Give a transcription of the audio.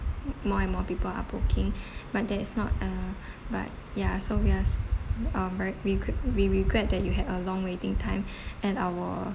m~ more and more people are booking but that is not a but ya so we are s~ uh very reg~ we regret that you had a long waiting time at our